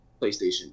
PlayStation